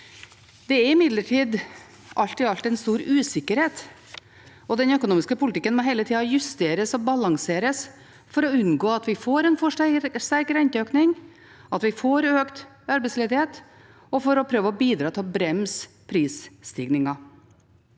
Det er imidlertid alt i alt stor usikkerhet, og den økonomiske politikken må hele tiden justeres og balanseres for å unngå at vi får en for sterk renteøkning, at vi får økt arbeidsledighet og for å prøve å bidra til å bremse prisstigningen.